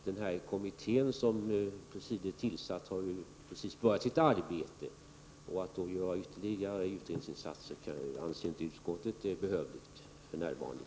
Den kommitté som presidiet har tillsatt har just börjat sitt arbete, och att göra ytterligare utredningsinsatser tycker inte utskottet är behövligt för närvarande.